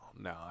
no